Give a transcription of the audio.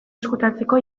ezkutatzeko